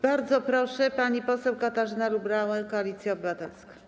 Bardzo proszę, pani poseł Katarzyna Lubnauer, Koalicja Obywatelska.